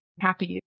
happy